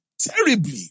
terribly